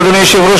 אדוני היושב-ראש,